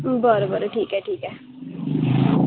बरं बरं ठीक आहे ठीक आहे